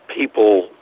people